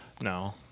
no